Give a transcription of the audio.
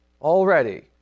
already